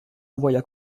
envoya